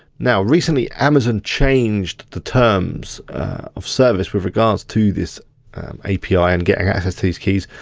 now recently amazon changed the terms of service with regards to this api and getting access to these keys,